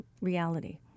reality